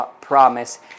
promise